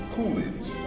Coolidge